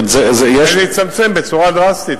יצמצם בצורה דרסטית.